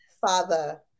father